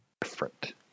different